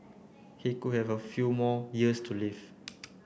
he could have a few more years to live